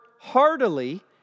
heartily